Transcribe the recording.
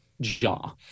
jaw